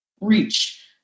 reach